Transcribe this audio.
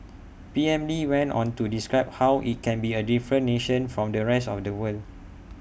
P M lee went on to describe how IT can be A different nation from the rest of the world